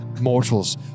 mortals